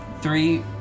three